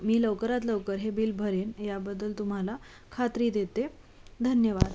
मी लवकरात लवकर हे बिल भरेन याबद्दल तुम्हाला खात्री देते धन्यवाद